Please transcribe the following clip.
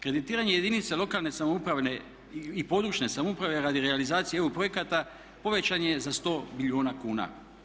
Kreditiranje jedinica lokalne samouprave i područne samouprave radi realizacije EU projekata povećan je za 100 milijuna kuna.